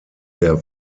der